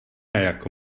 jako